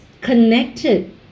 connected